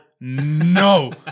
no